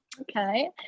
okay